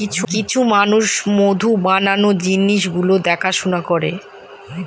কিছু মানুষ মধু বানানোর জিনিস গুলো দেখাশোনা করে